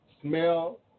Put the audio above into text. smell